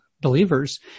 believers